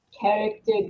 character